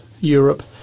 Europe